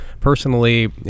Personally